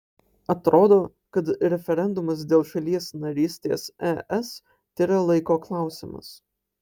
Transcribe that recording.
atrodo kad referendumas dėl šalies narystės es tėra laiko klausimas